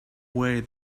way